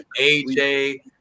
AJ